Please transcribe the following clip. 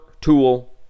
tool